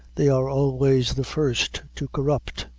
they are always the first to corrupt,